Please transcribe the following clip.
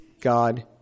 God